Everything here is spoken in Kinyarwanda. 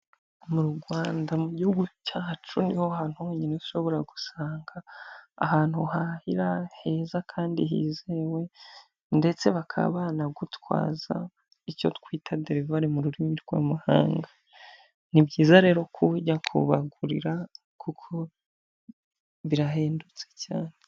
Mu Rwanda mu gihugu cyacu niho hantu honyine ushobora gusanga ahantu uhahira heza kandi hizewe ndetse bakaba banagutwaza icyo twita derivari mu rurimi rw'amahanga, ni byiza rero ko ujya kubagurira kuko birahendutse cyane.